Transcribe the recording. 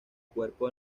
cuerpo